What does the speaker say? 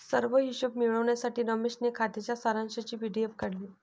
सर्व हिशोब मिळविण्यासाठी रमेशने खात्याच्या सारांशची पी.डी.एफ काढली